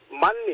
money